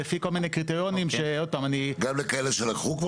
לפי כל מיני קריטריונים ש --- גם לכאלה שלקחו כבר